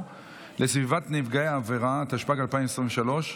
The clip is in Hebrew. התשפ"ג 2023,